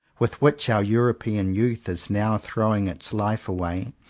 with which our european youth is now throwing its life away,